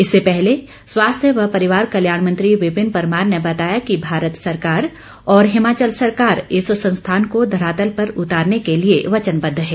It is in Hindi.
इससे पहले स्वास्थ्य व परिवार कल्याण मंत्री विपिन परमार ने बताया कि भारत सरकार और हिमाचल सरकार इस संस्थान को धरातल पर उतारने के लिए वचनबद्ध हैं